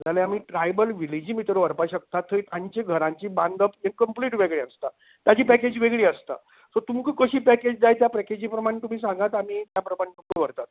जाल्यार आमी ट्रायबल विलेजीं भितर वरपा शकता थंय तांचे घरांचे बांदप तें कंम्पलीट वेगळें आसता ताजी पॅकेज वेगळी आसता सो तुमका कशी पॅकेज जाय ते पॅकेजी प्रमाणे तुमी सांगात आमी त्या प्रमाणे तुमका व्हरतात